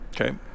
Okay